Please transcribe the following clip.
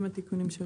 עם התיקונים.